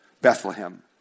Bethlehem